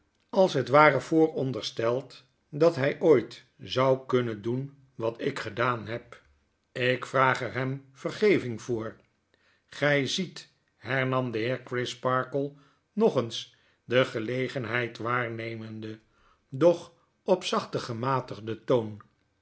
als het ware vooronderstelt dat hg ooit zou kunnen doen wat ik gedaan heb ik vraag er hem vergeving voor w gy ziet hernam de heer crisparkle nog eens de gelegenheid waarnemende doch op zachten gematigden toon